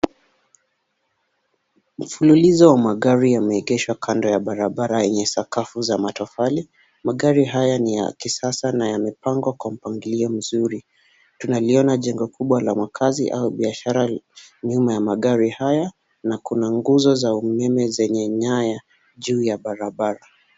Mfululizo wa magari yameegeshwa kando ya barabara yenye sakafu za matofali. Magari haya ni ya kisasa na yamepangwa kwa mpangilio mzuri. Tunaliona jengo kubwa la makazi au biashara nyuma ya magari haya na kuna nguzo za umeme zenye nyaya juu ya barabara.